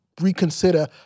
reconsider